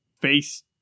face